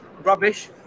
rubbish